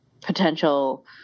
potential